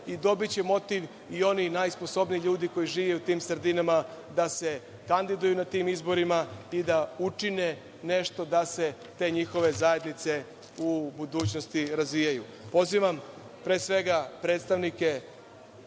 i dobiće motiv i oni najsposobniji ljudi koji žive u tim sredinama da se kandiduju na tim izborima i da učine nešto da se te njihove zajednice u budućnosti razvijaju. Pozivam pre svega predstavnike